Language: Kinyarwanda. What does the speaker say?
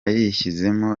yashyizemo